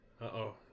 Uh-oh